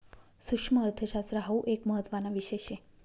सुक्ष्मअर्थशास्त्र हाउ एक महत्त्वाना विषय शे